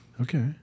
Okay